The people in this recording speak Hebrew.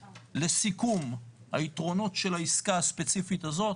לסיכום, היתרונות של העסקה הספציפית הזאת,